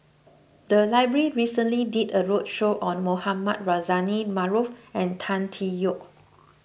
the library recently did a roadshow on Mohamed Rozani Maarof and Tan Tee Yoke